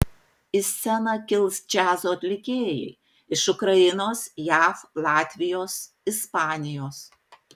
į sceną kils džiazo atlikėjai iš ukrainos jav latvijos ispanijos